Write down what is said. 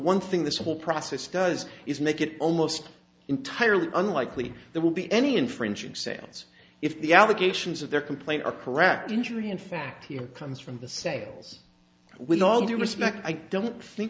one thing this whole process does is make it almost entirely unlikely there will be any infringing sales if the allegations of their complaint are correct injury in fact here comes from the sales with all due respect i don't think